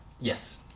Yes